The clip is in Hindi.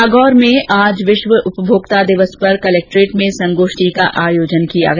नागौर में आज विश्व उपभोक्ता दिवस पर कलेक्ट्रेट में संगोष्ठी का आयोजन किया गया